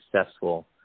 successful